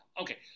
Okay